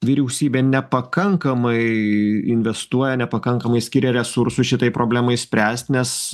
vyriausybė nepakankamai investuoja nepakankamai skiria resursų šitai problemai spręst nes